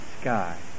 sky